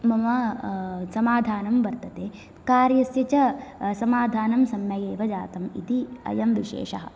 मम समाधानं वर्तते कार्यस्य च समाधानं सम्यक् एव जातम् इति अयं विशेषः